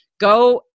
go